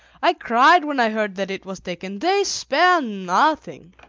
i cried when i heard that it was taken. they spare nothing.